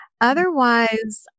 Otherwise